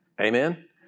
Amen